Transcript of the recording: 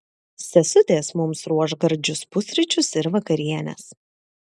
sesutės mums ruoš gardžius pusryčius ir vakarienes